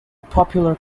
popular